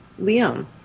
Liam